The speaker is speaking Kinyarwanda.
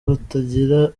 batagira